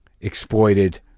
exploited